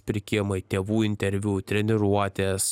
pirkimai tėvų interviu treniruotės